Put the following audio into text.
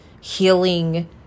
healing